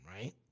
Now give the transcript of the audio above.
right